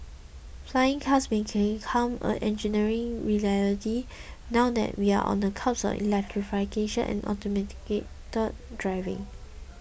flying cars may came come a engineering reality now that we are on the cusp of electrification and automated driving